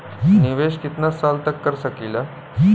निवेश कितना साल तक कर सकीला?